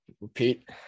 Repeat